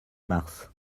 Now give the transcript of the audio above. mars